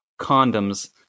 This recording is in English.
condoms